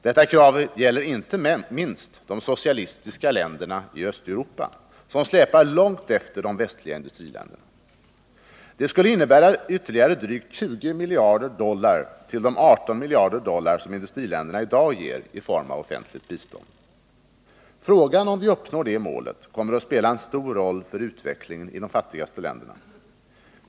Detta krav gäller inte minst de socialistiska länderna i Östeuropa, som släpar långt efter de västliga industriländerna. Det skulle innebära ytterligare drygt 20 miljarder dollar till de 18 miljarder dollar som industriländerna i dag ger i form av offentligt bistånd. Frågan om vi uppnår detta mål kommer att spela en stor roll för utvecklingen i de fattigaste länderna.